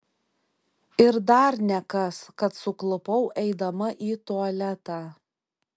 ir dar nekas kad suklupau eidama į tualetą